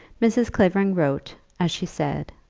mrs. clavering wrote, as she said,